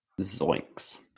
Zoinks